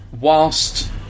whilst